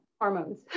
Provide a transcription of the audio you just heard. hormones